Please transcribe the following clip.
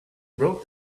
wrote